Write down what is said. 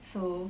so